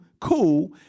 cool